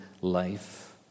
life